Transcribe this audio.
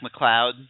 McLeod